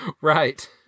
right